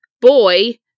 boy